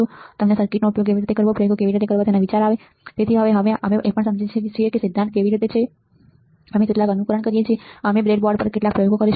તેથી તમને સર્કિટનો ઉપયોગ કેવી રીતે કરવો અને પ્રયોગો કેવી રીતે કરવા તેનો વિચાર આવે તેથી અમે એ પણ સમજીએ છીએ કે સિદ્ધાંત કેવી રીતે છે અમે કેટલાક અનુકરણ કરીએ છીએ અને અમે બ્રેડબોર્ડ પર કેટલાક પ્રયોગો કરીશું